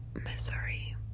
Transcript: Missouri